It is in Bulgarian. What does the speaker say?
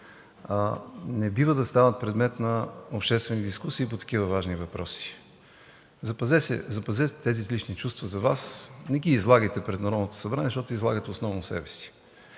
не бива да стават предмет на обществени дискусии по такива важни въпроси. Запазете тези лични чувства за Вас. Не ги излагайте пред Народното събрание, защото излагате основно себе си.